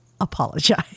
Apologize